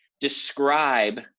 describe